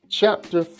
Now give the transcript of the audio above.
chapter